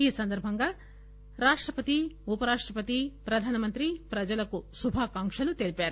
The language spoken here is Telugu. ఈ సందర్బంగా రాష్టపతి ఉపరాష్టపతి ప్రధానమంత్రి ప్రజలకు శుభాకాంక్షలు తెలిపారు